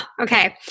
Okay